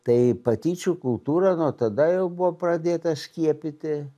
tai patyčių kultūra nuo tada jau buvo pradėta skiepyti